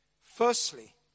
Firstly